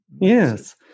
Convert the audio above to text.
Yes